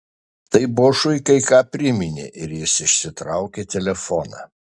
tai bošui kai ką priminė ir jis išsitraukė telefoną